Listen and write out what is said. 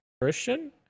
Christian